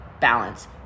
balance